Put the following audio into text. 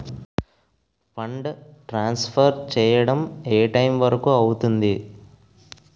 Fund transfer చేయడం ఏ time వరుకు అవుతుంది?